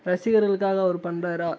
ரசிகர்களுக்காக அவர் பண்ணுறாரா